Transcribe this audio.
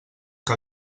que